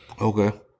Okay